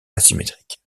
asymétriques